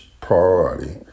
priority